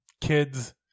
kids